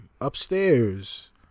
upstairs